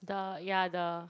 the ya the